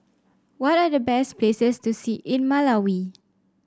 what are the best places to see in Malawi